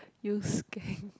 use